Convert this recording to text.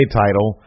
title